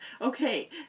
okay